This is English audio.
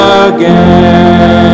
again